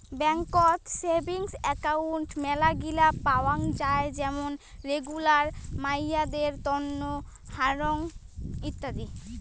বেংকত savings account মেলাগিলা পাওয়াং যাই যেমন রেগুলার, মাইয়াদের তন্ন, হারং ইত্যাদি